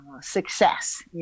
success